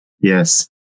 Yes